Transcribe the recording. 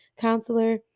counselor